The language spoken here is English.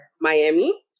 Miami